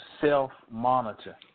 self-monitor